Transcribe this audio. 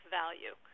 value